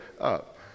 up